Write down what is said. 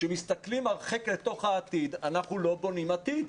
כשמסתכלים הרחק אל תוך העתיד אנחנו לא בונים עתיד.